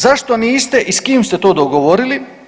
Zašto niste i s kim ste to dogovorili?